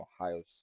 Ohio